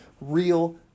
Real